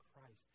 Christ